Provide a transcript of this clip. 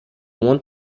want